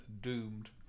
doomed